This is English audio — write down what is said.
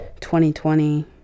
2020